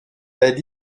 elle